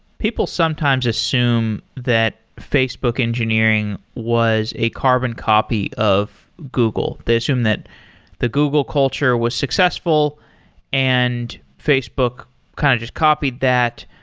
people sometimes assume that facebook engineering was a carbon copy of google. they assume that the google culture was successful and facebook kind of just copied that.